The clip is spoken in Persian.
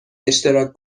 اشتراک